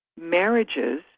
marriages